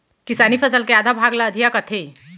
किसानी फसल के आधा भाग ल अधिया कथें